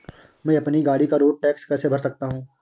मैं अपनी गाड़ी का रोड टैक्स कैसे भर सकता हूँ?